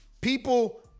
People